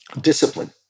discipline